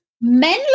Men